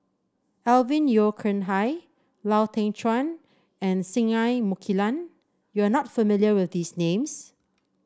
Alvin Yeo Khirn Hai Lau Teng Chuan and Singai Mukilan you are not familiar with these names